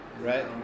right